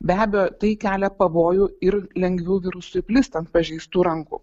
be abejo tai kelia pavojų ir lengviau virusui plisti ant pažeistų rankų